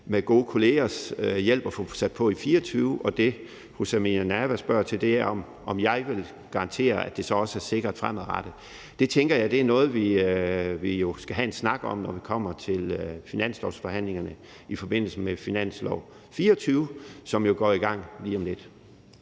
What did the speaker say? med gode kollegers hjælp lykkedes at få sat på i 2024. Og det, fru Samira Nawa spørger til, er, om jeg vil garantere, at det så også er sikkert fremadrettet. Det tænker jeg er noget, vi skal have en snak om, når det kommer til finanslovsforhandlingerne i forbindelse med finansloven for 2024, som jo går i gang lige om lidt.